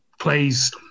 plays